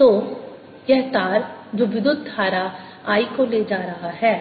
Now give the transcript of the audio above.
तोयह तार जो विद्युत धारा I को ले जा रहा है